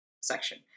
section